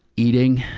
eating.